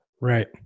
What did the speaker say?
Right